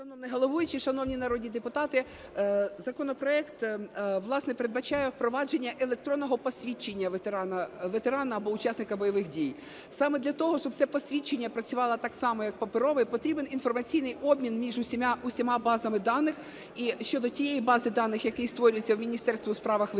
Шановний головуючий, шановні народні депутати! Законопроект, власне, передбачає впровадження електронного посвідчення ветерана або учасника бойових дій. Саме для того, щоб це посвідчення працювало так само, як паперове, потрібен інформаційний обмін між усіма базами даних і щодо тієї бази даних, який створюється в Міністерстві у справах ветеранів,